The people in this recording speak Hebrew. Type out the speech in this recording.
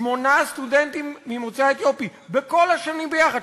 שמונה סטודנטים ממוצא אתיופי בכל השנים ביחד,